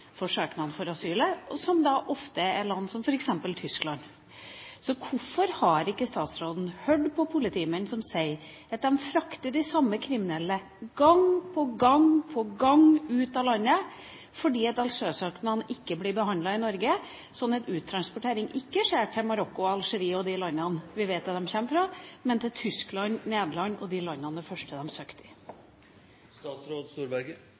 for søknad om asyl – ofte f.eks. Tyskland. Hvorfor har ikke statsråden hørt på politimenn som sier at de frakter de samme kriminelle gang på gang på gang ut av landet fordi asylsøknadene ikke blir behandlet i Norge? Uttransportering skjer ikke til Marokko og Algerie og de landene som vi vet at de kommer fra, men til Tyskland, Nederland og de landene som var de første